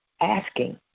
asking